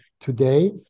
today